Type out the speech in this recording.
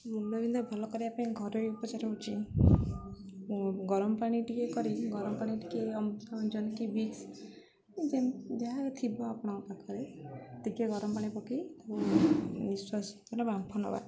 ମୁଣ୍ଡବିନ୍ଧା ଭଲ କରିବା ପାଇଁ ଘରୋଇ ଉପଚାର ହେଉଛି ଗରମ ପାଣି ଟିକେ କରି ଗରମ ପାଣି ଟିକେ ଅମୃତାଜନ କି ଭିକ୍ସ ଯାହା ଥିବ ଆପଣଙ୍କ ପାଖରେ ଟିକେ ଗରମ ପାଣି ପକାଇ ନିଶ୍ୱାସ ର ବାମ୍ଫ ନବା